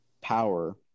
power